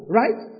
right